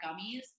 gummies